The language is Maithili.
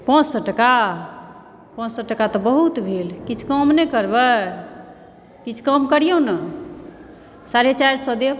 पाँच सए टका पाँच सए टाका तऽ बहुत भेल किछु कम नहि करबै किछु कम करिऔ न साढे चारि सए देब